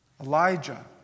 Elijah